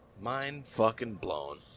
Mind-fucking-blown